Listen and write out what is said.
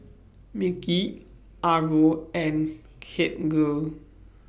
Mickie Arvo and